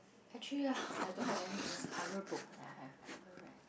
actually hor I don't have any inspiring book that I've ever read